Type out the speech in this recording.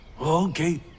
Okay